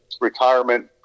retirement